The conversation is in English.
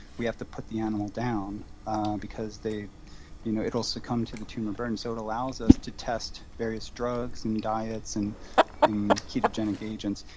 we have to put the animal down because you know it'll succumb to the tumor burden. so it allows us to test various drugs and diets and and ketogenic agents.